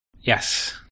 Yes